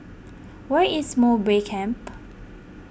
where is Mowbray Camp